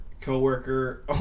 Coworker